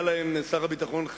שר הביטחון,